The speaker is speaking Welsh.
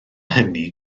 hynny